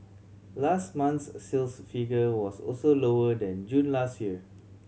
last month's sales figure was also lower than June last year